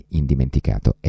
indimenticato